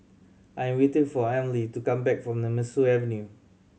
I am waiting for Emely to come back from Nemesu Avenue